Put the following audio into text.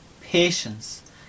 patience